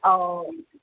oh